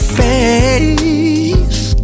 face